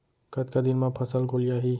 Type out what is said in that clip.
कतका दिन म फसल गोलियाही?